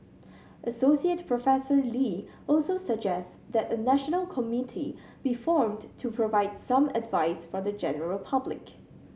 Associate Professor Lee also suggests that a national committee be formed to provide some advice for the general public